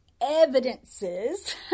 evidences